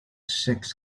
six